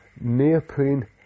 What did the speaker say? Neoprene